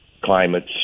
climates